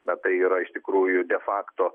na tai yra iš tikrųjų defakto